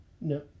No